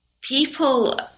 people